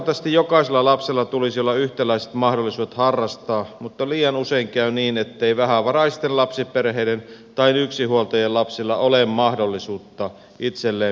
lähtökohtaisesti jokaisella lapsella tulisi olla yhtäläiset mahdollisuudet harrastaa mutta liian usein käy niin ettei vähävaraisten lapsiperheiden tai yksinhuoltajien lapsilla ole mahdollisuutta itselleen mieleiseen harrastukseen